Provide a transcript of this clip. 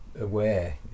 aware